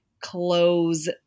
close